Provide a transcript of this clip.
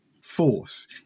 force